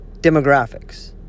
demographics